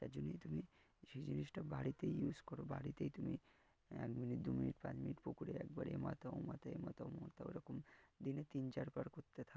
তার জন্যেই তুমি সেই জিনিসটা বাড়িতেই ইউস করো বাড়িতেই তুমি এক মিনিট দু মিনিট পাঁচ মিনিট পুকুরে একবার এমাথা ওমাথা এমাথা ওমাথা ওরকম দিনে তিন চারবার করতে থা